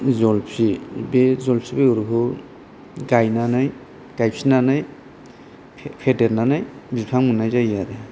जलफि बे जलफि बेगरखौ गायनानै गायफिननानै फेदेरनानै बिफां मोननाय जायो आरो